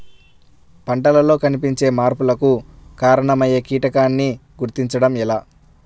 పంటలలో కనిపించే మార్పులకు కారణమయ్యే కీటకాన్ని గుర్తుంచటం ఎలా?